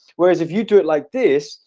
whereas if you do it like this,